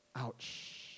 ouch